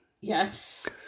Yes